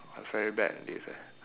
I very bad in this eh